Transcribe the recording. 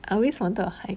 I always wanted hide